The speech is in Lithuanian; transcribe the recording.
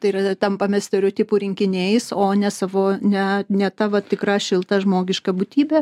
tai yra tampame stereotipų rinkiniais o ne savo ne ne ta va tikra šilta žmogiška būtybe